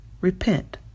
Repent